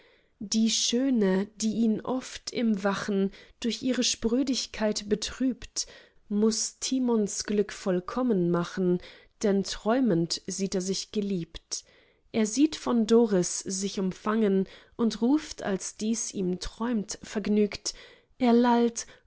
die schöne die ihn oft im wachen durch ihre sprödigkeit betrübt muß timons glück vollkommen machen denn träumend sieht er sich geliebt er sieht von doris sich umfangen und ruft als dies ihm träumt vergnügt er